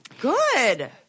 Good